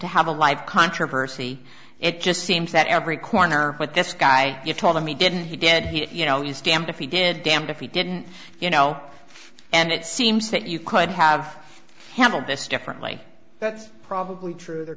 to have a live controversy it just seems that every corner what this guy you told him he didn't he did you know he's damned if he did damned if he didn't you know and it seems that you could have handled this differently that's probably true there